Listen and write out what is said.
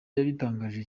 yabitangarije